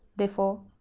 therefore,